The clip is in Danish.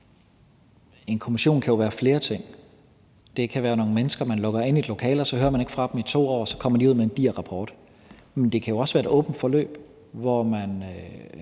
en kommission jo kan være flere ting. Det kan være nogle mennesker, man lukker inde i et lokale, så hører man ikke fra dem i 2 år, og så kommer de ud med en diger rapport. Men det kan jo også være et åbent forløb, hvor man